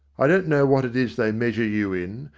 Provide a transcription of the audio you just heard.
i don't know what it is they measure you in,